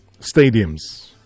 stadiums